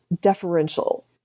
deferential